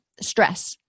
stress